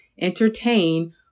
entertain